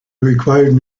required